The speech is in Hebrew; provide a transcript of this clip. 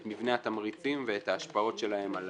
את מבנה התמריצים ואת ההשפעות שלהם על